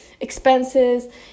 expenses